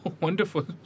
Wonderful